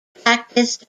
practised